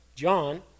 John